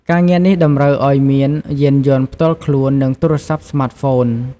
ការងារនេះតម្រូវឱ្យមានយានយន្តផ្ទាល់ខ្លួន និងទូរស័ព្ទស្មាតហ្វូន។